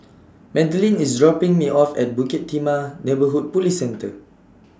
Madlyn IS dropping Me off At Bukit Timah Neighbourhood Police Centre